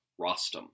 Rostam